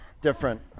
different